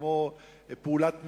כמו פעולת מחאה?